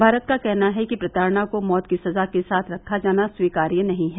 भारत का कहना है कि प्रताड़ना को मौत की सज़ा के साथ रखा जाना स्वीकार्य नहीं है